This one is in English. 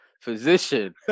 physician